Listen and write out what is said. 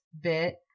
bit